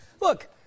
look